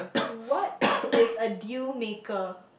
what is a deal maker